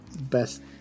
best